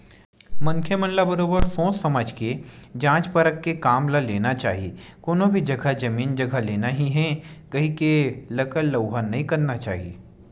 मनखे मन ल बरोबर सोझ समझ के जाँच परख के काम ल लेना चाही कोनो भी जघा जमीन जघा लेना ही हे कहिके लकर लउहा नइ करना चाही